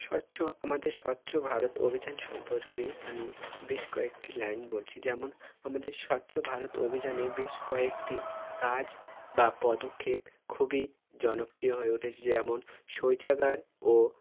স্বচ্ছ আমাদের স্বচ্ছ ভারত অভিযান সম্পর্কে আমি বেশ কয়েকটি লাইন বলছি যেমন আমাদের স্বচ্ছ ভারত অভিযানে বেশ কয়েকটি কাজ বা পদক্ষেপ খুবই জনপ্রিয় হয়ে উঠেছে যেমন শৌচাগার ও